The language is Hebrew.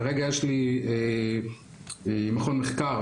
כרגע יש לי מכון מחקר,